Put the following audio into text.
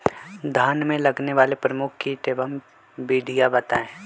धान में लगने वाले प्रमुख कीट एवं विधियां बताएं?